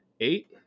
eight